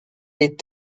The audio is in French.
est